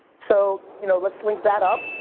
so you know, let's link that up.